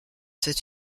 c’est